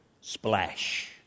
Splash